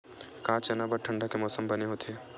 का चना बर ठंडा के मौसम बने होथे?